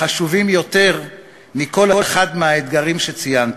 חשובים יותר מכל אחד מהאתגרים שציינתי.